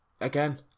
again